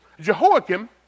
Jehoiakim